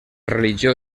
religió